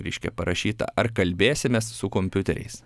reiškia parašyta ar kalbėsimės su kompiuteriais